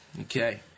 Okay